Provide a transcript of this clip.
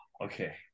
okay